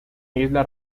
isla